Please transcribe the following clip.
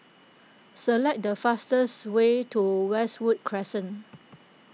select the fastest way to Westwood Crescent